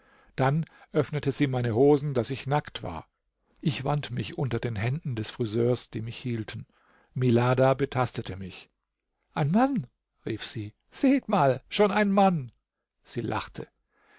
dann öffnete sie meine hosen daß ich nackt war ich wand mich unter den händen des friseurs die mich hielten milada betastete mich ein mann rief sie seht mal schon ein mann sie lachte